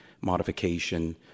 modification